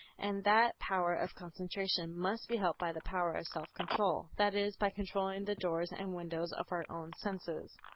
and that power of concentration must be helped by the power of self-control. that is, by controlling the doors and windows of our own senses.